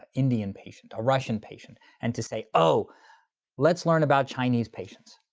ah indian patient, or russian patient, and to say oh let's learn about chinese patients.